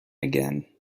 again